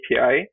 API